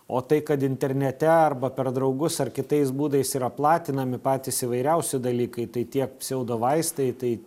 o tai kad internete arba per draugus ar kitais būdais yra platinami patys įvairiausi dalykai tai tie pseudo vaistai tai